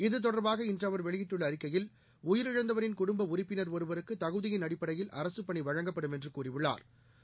இது தொடர்பாக இன்று அவர் வெளியிட்டுள்ள அறிக்கையில் உயிரிழந்தவரின் குடும்ப உறுப்பினா் ஒருவருக்கு தகுதியின் அடிப்படையில் அரசுப்பணி வழங்கப்படும் என்று கூறியுள்ளாா்